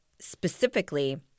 specifically